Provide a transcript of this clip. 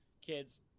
Kids